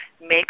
make